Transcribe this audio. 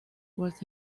was